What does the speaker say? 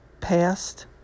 passed